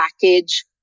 package